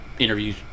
interviews